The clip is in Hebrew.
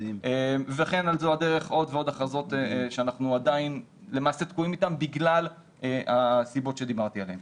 ועוד הכרזות שלמעשה אנחנו תקועים אתן בגלל הסיבות שדיברתי עליהן.